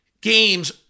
games